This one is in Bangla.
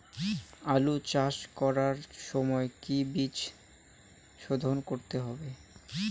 আলু চাষ করার সময় কি বীজ শোধন করতে হবে?